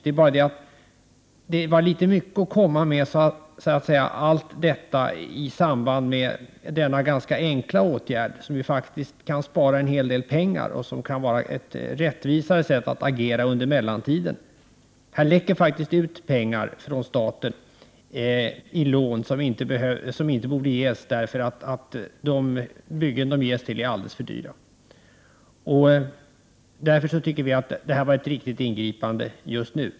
Det var dock litet mycket att komma med i samband med denna ganska enkla åtgärd, som ju faktiskt kan spara en hel del pengar och som kan medföra ett rättvisare sätt att agera under mellantiden. Det läcker ut pengar från staten i form av lån som inte borde ges, därför att de byggen de ges till är alldeles för dyra. Därför tycker vi att det här är ett riktigt ingripande just nu.